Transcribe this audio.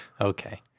Okay